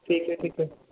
ٹھیک ہے ٹھیک ہے